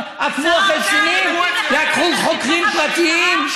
לקחו חוקרים פרטיים.